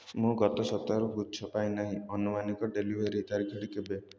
ମୁଁ ଗତ ସପ୍ତାହରୁ ଗୁଚ୍ଛ ପାଇ ନାହିଁ ଆନୁମାନିକ ଡେଲିଭରି ତାରିଖଟି କେବେ